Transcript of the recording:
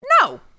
No